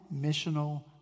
missional